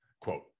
quote